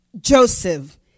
Joseph